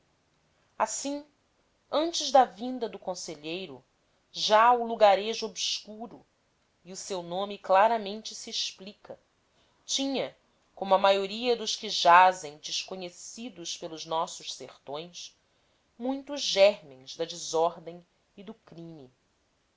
assim antes da vinda do conselheiro já o lugarejo obscuro e o seu nome claramente se explica tinha como a maioria dos que jazem desconhecidos pelos nossos sertões muitos germens da desordem e do crime